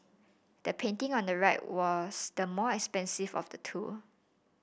the painting on the right was the more expensive of the two